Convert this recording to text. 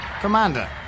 Commander